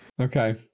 okay